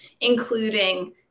including